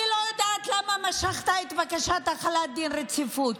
אני לא יודעת למה משכת את בקשת החלת דין רציפות.